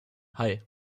hei